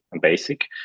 basic